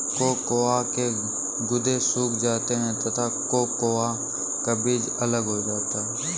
cocoa के गुदे सूख जाते हैं तथा कोकोआ का बीज अलग हो जाता है